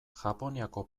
japoniako